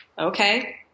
okay